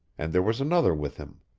and there was another with him.